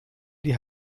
die